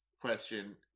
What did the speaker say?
question